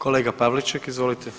Kolega Pavliček, izvolite.